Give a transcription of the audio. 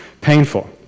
painful